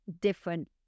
different